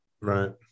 right